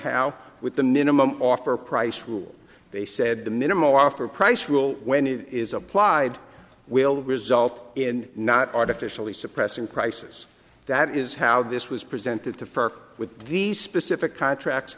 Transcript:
how with the minimum offer price rule they said the minimal offer price rule when it is applied will result in not artificially suppressing prices that is how this was presented to her with these specific contracts